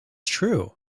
true